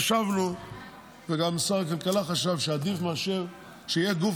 חשבנו וגם שר הכלכלה חשב שעדיף שיהיה גוף